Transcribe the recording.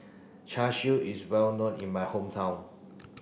Char Siu is well known in my hometown